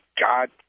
God